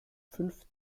fünf